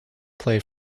play